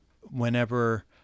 whenever